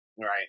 Right